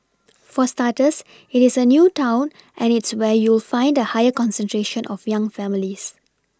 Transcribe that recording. for starters it is a new town and it's where you'll find a higher concentration of young families